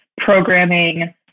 programming